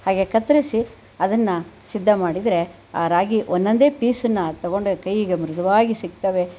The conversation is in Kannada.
ಹಾಗೆ ಕತ್ತರಿಸಿ ಅದನ್ನ ಸಿದ್ಧ ಮಾಡಿದರೆ ಆ ರಾಗಿ ಒಂದೊಂದೆ ಪೀಸ್ನ ತಗೊಂಡು ಕೈಗೆ ಮೃದುವಾಗಿ ಸಿಗುತ್ತವೆ